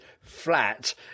flat